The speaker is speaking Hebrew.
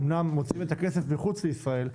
אמנם מוצאים את הכסף מחוץ ישראל,